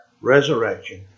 resurrection